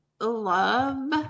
love